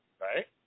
right